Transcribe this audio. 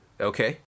Okay